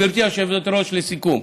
גברתי היושבת-ראש, לסיכום: